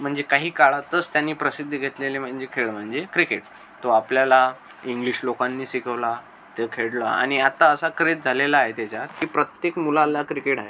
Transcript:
म्हणजे काही काळातच त्यांनी प्रसिद्धी घेतलेली म्हणजे खेळ म्हणजे क्रिकेट तो आपल्याला इंग्लिश लोकांनी शिकवला ते खेळला आणि आता असा क्रेझ झालेला आहे त्याचा की प्रत्येक मुलाला क्रिकेट आहे